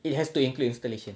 it has to include installation